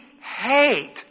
hate